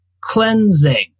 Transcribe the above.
cleansing